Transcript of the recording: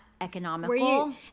economical